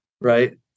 right